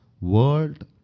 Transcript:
world